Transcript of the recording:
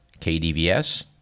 KDVS